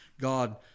God